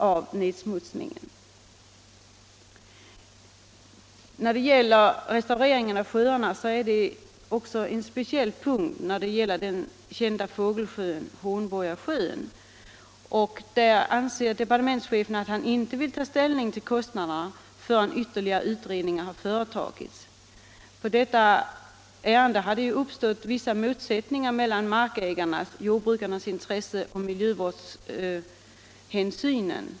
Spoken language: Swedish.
En speciell punkt i fråga om restaurering av sjöar avser den kända fågelsjön Hornborgasjön. Departementschefen vill inte ta ställning till kostnaderna förrän ytterligare utredningar har företagits. I detta ärende har det ju uppstått vissa motsättningar mellan markägarnas intressen och miljövårdshänsynen.